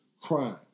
crime